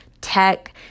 tech